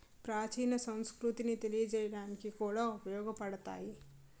ప్రాచీన సంస్కృతిని తెలియజేయడానికి కూడా ఉపయోగపడతాయి